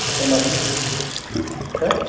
அப்புறம் பார்த்தீங்கன்னா சார்